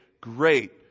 Great